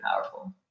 powerful